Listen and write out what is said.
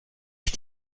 ich